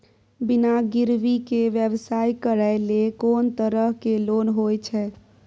बिना गिरवी के व्यवसाय करै ले कोन तरह के लोन होए छै?